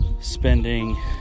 spending